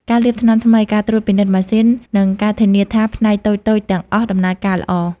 ការលាបថ្នាំថ្មី ការត្រួតពិនិត្យម៉ាស៊ីន និងការធានាថាផ្នែកតូចៗទាំងអស់ដំណើរការល្អ។